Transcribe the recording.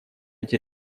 эти